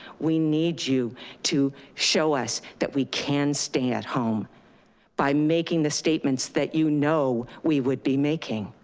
we need you to show us that we can stay at home by making the statements that you know, we would be making.